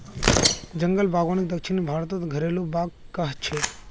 जंगल बागवानीक दक्षिण भारतत घरेलु बाग़ कह छे